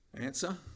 Answer